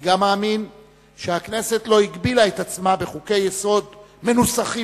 אני גם מאמין שהכנסת לא הגבילה את עצמה בחוקי-יסוד מנוסחים